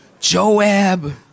Joab